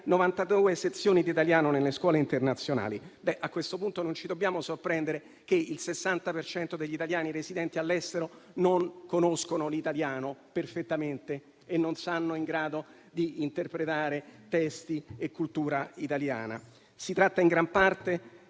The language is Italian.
92 sezioni di italiano nelle scuole internazionali: a questo punto, non ci dobbiamo sorprendere se il 60 per cento degli italiani residenti all'estero non conosce l'italiano perfettamente e non è in grado di interpretare testi e cultura italiani. Si tratta in gran parte